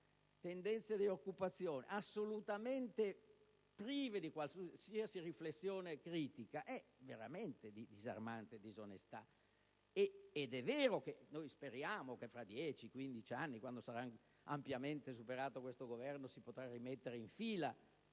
e di occupazione assolutamente prive di qualsiasi riflessione critica, è veramente di disarmante disonestà. Per quanto ci riguarda, speriamo davvero che fra 10-15 anni, quando sarà ampiamente superato questo Governo, si potrà rimettere in fila